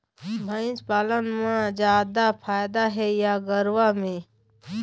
भंइस पालन म जादा फायदा हे या गरवा में?